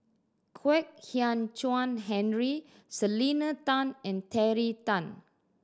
Kwek Hian Chuan Henry Selena Tan and Terry Tan